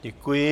Děkuji.